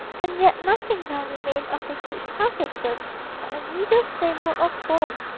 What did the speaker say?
and yet nothing now remained of the huge carcases but a meagre framework of bone,